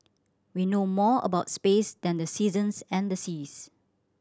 we know more about space than the seasons and seas